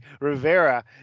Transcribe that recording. Rivera